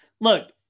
look